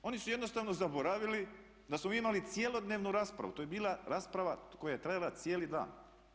Oni su jednostavno zaboravili da smo mi imali cjelodnevnu raspravu, to je bila rasprava koja je trajala cijeli dan.